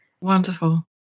Wonderful